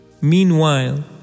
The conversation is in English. Meanwhile